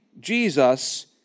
Jesus